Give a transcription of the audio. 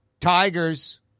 Tigers